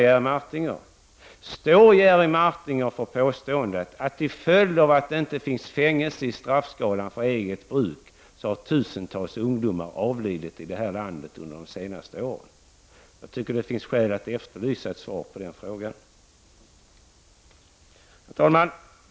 Jag vill fråga om Jerry Martinger står för påståendet, att till följd av att fängelse inte finns med i straffskalan för eget bruk av narkotika har tusentals ungdomar i landet avlidit under senare år. Det finns skäl att efterlysa ett svar på den frågan. Herr talman!